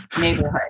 neighborhood